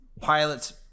pilot's